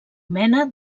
mena